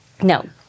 no